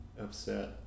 upset